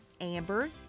Amber